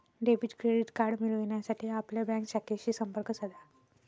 debit credit card मिळविण्यासाठी आपल्या bank शाखेशी संपर्क साधा